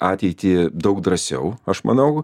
ateitį daug drąsiau aš manau